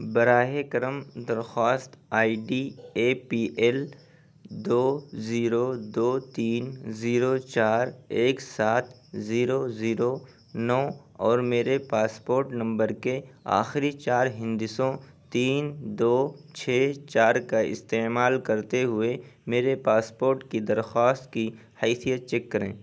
براہِ کرم درخواست I D A P L دو زیرو دو تین زیرو چار ایک سات زیرو زیرو نو اور میرے پاسپورٹ نمبر کے آخری چار ہندسوں تین دو چھ چار کا استعمال کرتے ہوئے میرے پاسپورٹ کی درخواست کی حیثیت چیک کریں